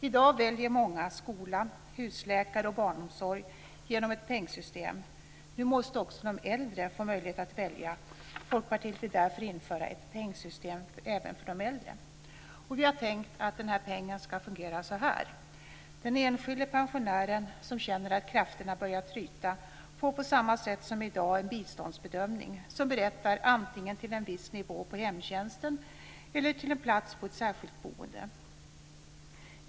I dag väljer många skola, husläkare och barnomsorg genom ett pengsystem. Nu måste också de äldre få en möjlighet att välja. Folkpartiet vill därför införa ett pengsystem även för de äldre. Vi har tänkt att den här pengen ska fungera så här: Den enskilde pensionären, som känner att krafterna börjar tryta, får på samma sätt som i dag en biståndsbedömning som berättigar antingen till en viss nivå på hemtjänsten eller till en plats på ett särskilt boende.